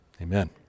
Amen